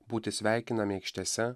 būti sveikinami aikštėse